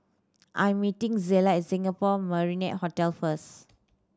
I'm meeting Zella at Singapore Marriott Hotel first